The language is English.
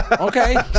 Okay